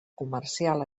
comercial